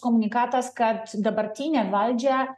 komunikatas kad dabartinę valdžią